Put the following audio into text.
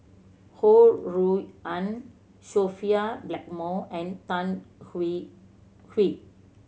Ho Rui An Sophia Blackmore and Tan Hwee Hwee